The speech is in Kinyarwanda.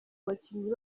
bakinnyi